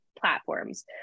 platforms